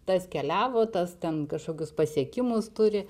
tas keliavo tas ten kažkokius pasiekimus turi